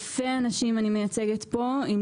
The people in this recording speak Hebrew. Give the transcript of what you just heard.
אני מייצגת פה אלפי אנשים,